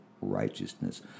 righteousness